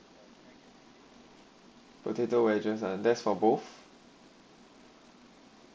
potato wedges ah less for both